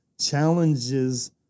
challenges